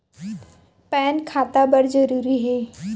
Pan खाता बर जरूरी हे?